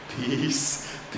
Peace